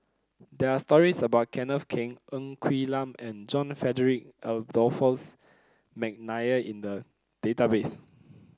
there are stories about Kenneth Keng Ng Quee Lam and John Frederick Adolphus McNair in the database